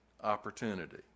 opportunity